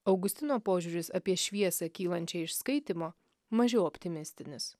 augustino požiūris apie šviesą kylančią iš skaitymo mažiau optimistinis